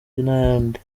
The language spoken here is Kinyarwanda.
n’ayandi